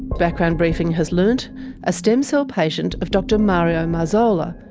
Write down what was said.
background briefing has learnt a stem cell patient of dr mario marzola,